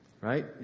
Right